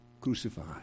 crucified